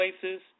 places